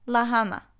Lahana